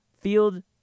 Field